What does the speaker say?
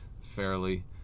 fairly